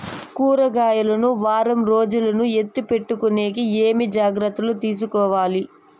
కూరగాయలు ను వారం రోజులు ఎత్తిపెట్టుకునేకి ఏమేమి జాగ్రత్తలు తీసుకొవాలి?